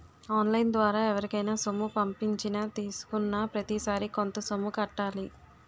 on line ద్వారా ఎవరికైనా సొమ్ము పంపించినా తీసుకున్నాప్రతిసారి కొంత సొమ్ము కట్టాలి